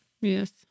Yes